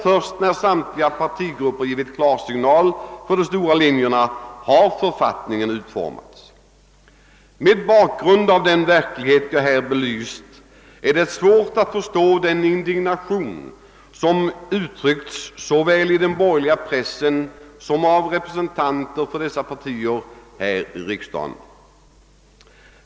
Först när samtliga partigrupper givit klarsignal för de stora linjerna har författningen utformats. Mot bakgrund av den verklighet som jag här belyst är det svårt att förstå den indignation som uttryckts såväl i den borgerliga pressen som av representanter för de borgerliga partierna här i riksdagen.